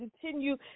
continue